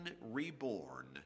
reborn